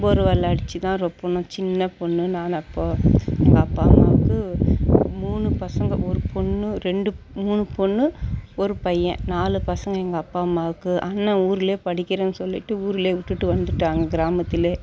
borewell அடிச்சுதான் ரொப்பணும் சின்ன பொண்ணு நான் அப்போது எங்கள் அப்பா அம்மாவுக்கு மூணு பசங்கள் ஒரு பொண்ணு ரெண்டு மூணு பொண்ணு ஒரு பையன் நாலு பசங்கள் எங்கள் அப்பா அம்மாவுக்கு அண்ணே ஊரில் படிக்கிறேன்னு சொல்லிவிட்டு ஊர்லேயே விட்டுட்டு வந்துட்டாங்க கிராமத்துலேயே